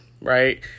Right